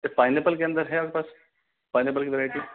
pineapple के अंदर है आपके पास पाइनऐप्पल की वैरायटी